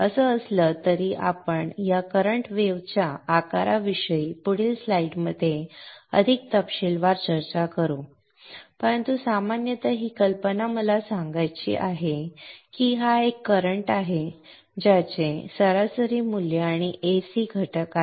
असं असलं तरी आपण या करंट वेव्ह च्या आकाराविषयी पुढील स्लाइड्समध्ये अधिक तपशीलवार चर्चा करू परंतु सामान्यतः ही कल्पना मला सांगायची आहे की हा एक करंट आहे ज्याचे सरासरी मूल्य आणि एक AC घटक आहे